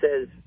says